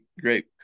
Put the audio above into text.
great